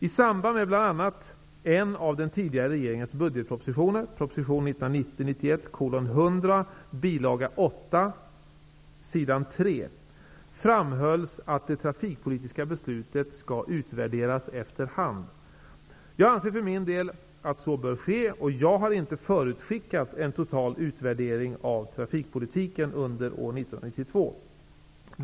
I samband med bl.a. Jag anser för min del att så bör ske, och jag har inte förutskickat en total utvärdering av trafikpolitiken under år 1992.